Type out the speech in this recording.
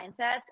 mindsets